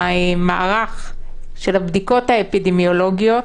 שהמערך של הבדיקות האפידמיולוגיות,